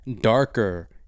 darker